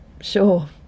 Sure